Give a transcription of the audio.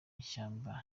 ishyamba